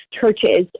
churches